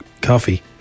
coffee